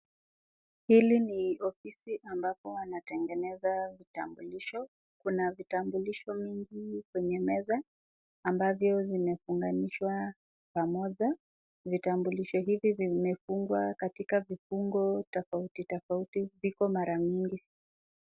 Hili ni ofisi ambapo wanatengeneza vitambulisho, kuna vitambulisho mingi kwenye meza ambavyo vimefunganishwa pamoja. Vitambulisho hivi vimefungwa katika vifungo tofauti tofauti viko mara mingi.